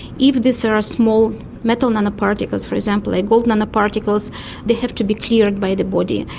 if these are small metal nanoparticles, for example, ah gold nanoparticles, they have to be cleared by the body.